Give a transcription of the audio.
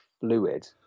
fluid